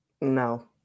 No